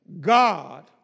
God